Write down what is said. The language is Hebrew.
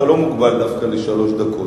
שאתה לא מוגבל דווקא לשלוש דקות.